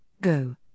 Go